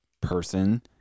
person